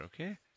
okay